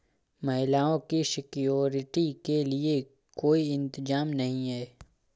महिलाओं की सिक्योरिटी के लिए कोई इंतजाम नहीं है